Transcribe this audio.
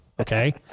Okay